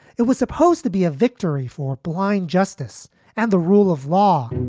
it was supposed to be a victory for blind justice and the rule of law